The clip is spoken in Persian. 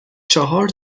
چهار